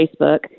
Facebook